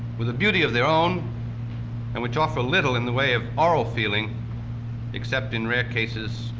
with a beauty of their own and which offer little in the way of oral feeling except in rare cases,